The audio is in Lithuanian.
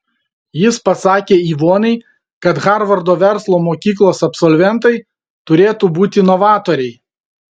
jis pasakė ivonai kad harvardo verslo mokyklos absolventai turėtų būti novatoriai